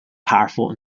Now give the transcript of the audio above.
powerful